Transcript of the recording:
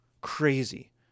crazy